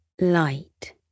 light